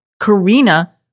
Karina